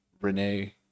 Renee